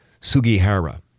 Sugihara